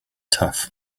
tough